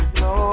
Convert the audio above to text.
no